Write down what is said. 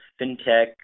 fintech